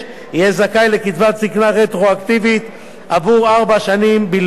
יהיה זכאי לקצבת זיקנה רטרואקטיבית עבור ארבע שנים בלבד,